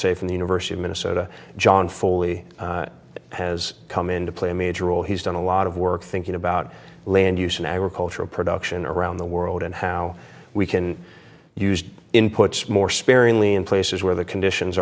say from the university of minnesota john foley has come into play a major role he's done a lot of work thinking about land use in agricultural production around the world and how we can used inputs more sparingly in places where the condition